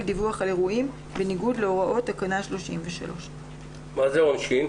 דיווח על אירועים בניגוד להוראות תקנה 33. מה העונש?